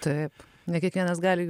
taip ne kiekvienas gali